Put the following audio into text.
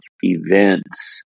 events